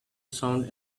sound